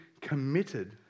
committed